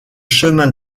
chemin